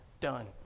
Done